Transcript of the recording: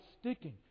sticking